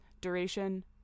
duration